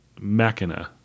Machina